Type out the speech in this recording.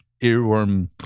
earworm